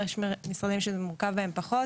ויש משרדים שזה מורכב בהם פחות